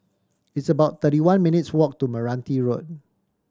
it's about thirty one minutes' walk to Meranti Road